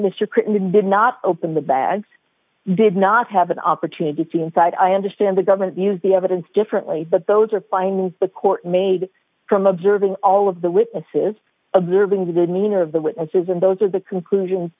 crittendon did not open the bag did not have an opportunity to see inside i understand the government use the evidence differently but those are findings the court made from observing all of the witnesses observing the meaning of the witnesses and those are the conclusion